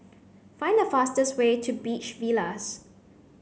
find the fastest way to Beach Villas